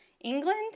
England